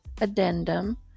addendum